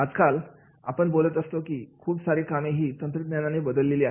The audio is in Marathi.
आजकाल आपण बोलत असतो की खूप सारी कामे ही तंत्रज्ञानाने बदलली आहेत